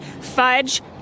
fudge